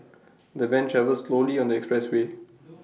the van travelled slowly on the expressway